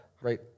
Right